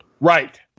Right